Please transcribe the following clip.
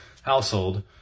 household